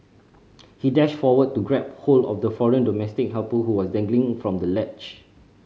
he dashed forward to grab hold of the foreign domestic helper who was dangling from the ledge